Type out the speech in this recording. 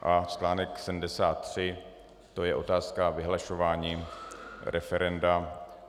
A článek 73, to je otázka vyhlašování referenda.